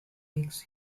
takes